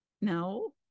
No